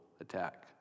attack